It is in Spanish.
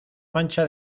mancha